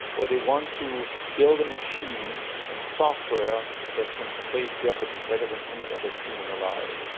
where they wanted to build a machine and software that can play jeopardy better than any other human alive.